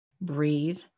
breathe